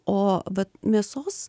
o vat mėsos